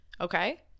okay